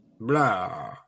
blah